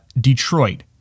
Detroit